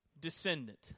descendant